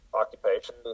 occupation